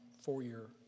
four-year